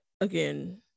again